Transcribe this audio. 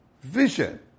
Vision